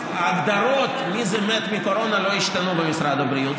ההגדרות מי זה מת מקורונה לא השתנו במשרד הבריאות.